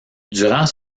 durant